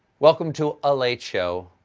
welcome to a late show.